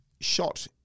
shot